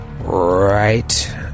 right